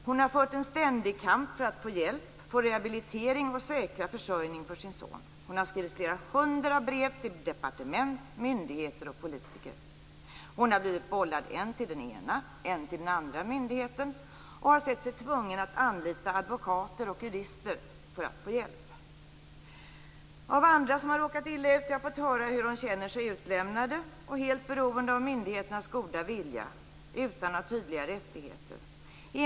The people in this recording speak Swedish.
Hon har fört en ständig kamp för att få hjälp, rehabilitering och säkrad försörjning för sin son. Hon har skrivit flera hundra brev till departement, myndigheter och politiker. Hon har blivit bollad än till den ena, än till den andra myndigheten, och har sett sig tvungen att anlita advokater och jurister för att få hjälp. Av andra som har råkat illa ut har jag fått höra att de känner sig utlämnade och helt beroende av myndigheternas goda vilja utan några tydliga rättigheter.